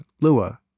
Lua